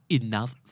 enough